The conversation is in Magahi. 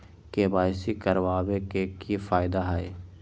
के.वाई.सी करवाबे के कि फायदा है?